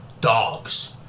dogs